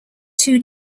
two